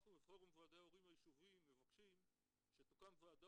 אנחנו בפורום ועדי ההורים היישוביים מבקשים שתוקם ועדה